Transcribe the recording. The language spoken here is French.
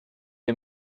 est